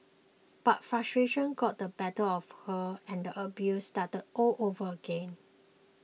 but frustration got the better of her and the abuse started all over again